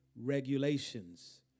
regulations